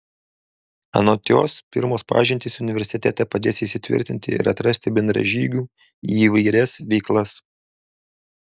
anot jos pirmos pažintys universitete padės įsitvirtinti ir atrasti bendražygių į įvairias veiklas